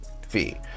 fee